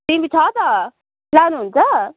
kiwi छ त लानुहुन्छ